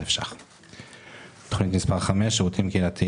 ביום שני שלחנו תשובות במייל בנוגע לשאלות שנשאלו.